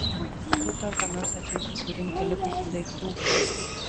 rytoj ką nors atsiųsiu surinkti likusių daiktų